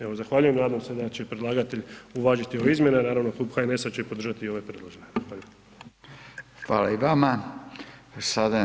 Evo, zahvaljujem, nadam se da će predlagatelj uvažiti ove izmjene, a naravno Klub HNS-a će podržati i ove predložene.